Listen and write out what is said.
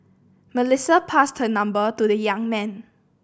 Melissa passed her number to the young man